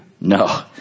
No